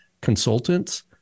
consultants